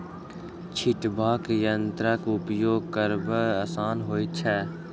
छिटबाक यंत्रक उपयोग करब आसान होइत छै